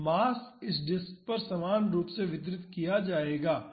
तो मास इस डिस्क पर समान रूप से वितरित किया जाएगा